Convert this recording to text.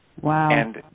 Wow